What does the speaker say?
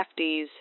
lefties